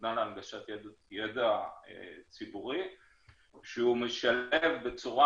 הסדנה להנגשת ידע ציבורי שמשלב בצורה